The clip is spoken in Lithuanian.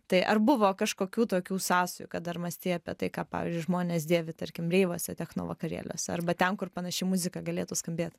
tai ar buvo kažkokių tokių sąsajų kad ar mąstei apie tai ką pavyzdžiui žmonės dėvi tarkim reivuose techno vakarėliuose arba ten kur panaši muzika galėtų skambėt